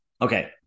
Okay